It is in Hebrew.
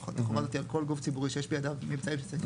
את החובה הזאת על כל גוף ציבורי שיש בידיו ממצאים של סקר